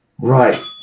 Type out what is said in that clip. right